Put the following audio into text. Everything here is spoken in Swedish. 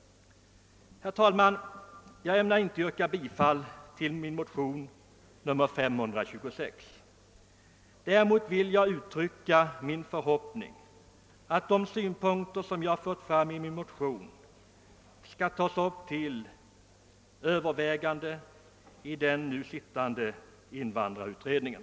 Herr talman! Jag ämnar inte yrka bifall till min motion nr 526. Däremot vill jag uttrycka den förhoppningen att de synpunkter som jag i motionen framfört skall tas upp till övervägande av den sittande invandrarutredningen.